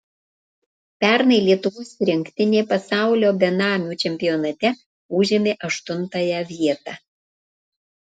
pernai lietuvos rinktinė pasaulio benamių čempionate užėmė aštuntąją vietą